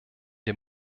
der